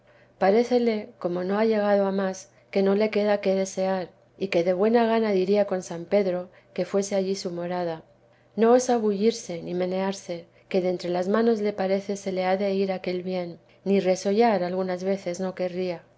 parécele como no ha llegado a más que no le queda qué desear y que de buena gana diría con san pedro que fuese allí su morada no osa bullirse ni menearse que de entre las manos le parece se le ha de ir aquel bien ni resollar algunas veces no querría